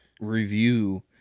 review